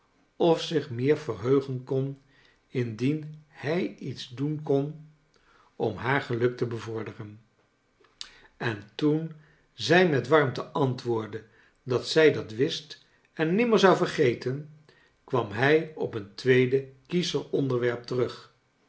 of zich meer verheugen kon indien hij iets doen kon om haar geluk te bevorderen en toen zij met warmte antwoordde dat zij dat wist en nimmer zou vergeten kwam hij op een tweede kiescher onderwerp terug